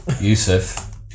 Yusuf